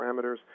parameters